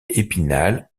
épinal